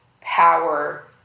power